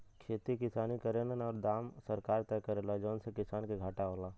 खेती किसान करेन औरु दाम सरकार तय करेला जौने से किसान के घाटा होला